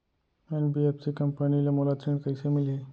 NBFC company ले मोला ऋण कइसे मिलही?